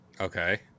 Okay